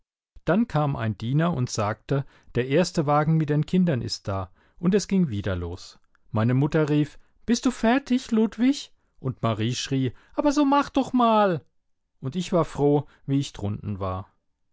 dann kam ein diener und sagte der erste wagen mit den kindern ist da und es ging wieder los meine mutter rief bist du fertig ludwig und marie schrie aber so mach doch mal und ich war froh wie ich drunten war